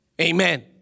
Amen